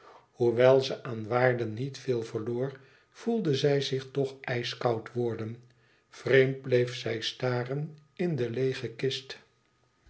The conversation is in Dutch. hoewel ze aan waarde niet veel verloor voelde zij zich toch ijskoud worden vreemd bleef zij staren in de leêge kist